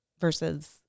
versus